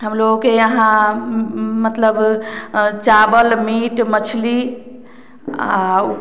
हम लोग के यहाँ मतलब चावल मीट मछली और